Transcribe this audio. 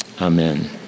Amen